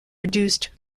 produced